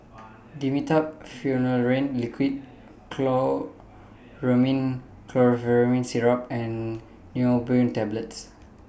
Dimetapp Phenylephrine Liquid Chlormine Syrup and Neurobion Tablets